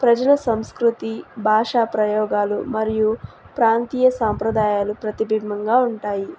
ప్రజల సంస్కృతి భాషా ప్రయోగాలు మరియు ప్రాంతీయ సాంప్రదాయాల ప్రతిబింబంగా ఉంటాయి